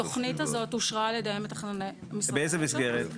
התכנית הזאת אושרה על-ידי מתכנני --- באיזה מסגרת?